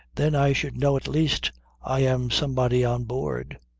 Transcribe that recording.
then i should know at least i am somebody on board.